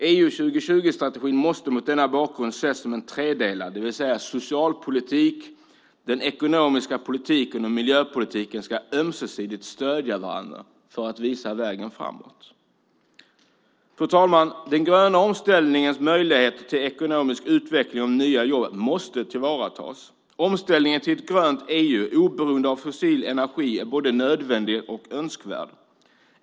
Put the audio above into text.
EU 2020-strategin måste mot denna bakgrund ses som tredelad, det vill säga socialpolitiken, den ekonomiska politiken och miljöpolitiken ska ömsesidigt stödja varandra för att visa vägen framåt. Fru talman! Den gröna omställningens möjligheter till ekonomisk utveckling och nya jobb måste tillvaratas. Omställningen till ett grönt EU, oberoende av fossil energi, är både nödvändig och önskvärd.